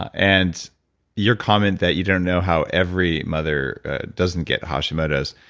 and your comment that you don't know how every mother doesn't get hashimoto's,